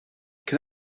can